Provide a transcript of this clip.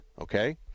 Okay